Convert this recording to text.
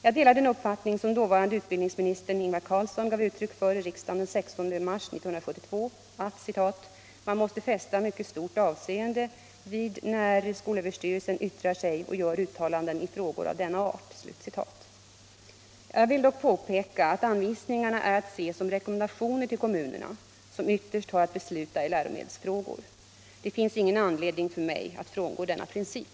Jag delar den uppfattning som dåvarande utbildningsministern Ingvar Carlsson gav uttryck för i riksdagen den 16 mars 1972 att ”man måste fästa mycket stort avseende vid när skolöverstyrelsen yttrar sig och gör uttalanden i frågor av denna art”. Jag vill dock påpeka att anvisningarna är att se som rekommendationer till kommunerna, som ytterst har att besluta i läromedelsfrågor. Det finns ingen anledning för mig att frångå denna princip.